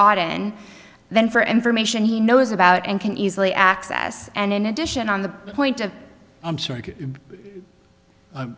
audit and then for information he knows about and can easily access and in addition on the point of